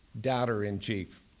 doubter-in-chief